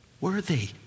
worthy